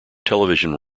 television